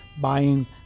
buying